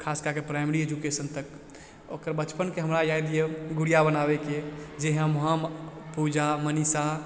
खासकरऽ कऽ primary education तक ओकर बचपनकऽ हमरा याद यऽ गुड़िआ बनाबयकऽ जे हम हम पूजा मनीषा